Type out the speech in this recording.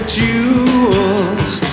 jewels